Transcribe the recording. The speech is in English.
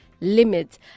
limits